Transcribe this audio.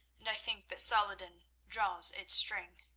and i think that saladin draws its string.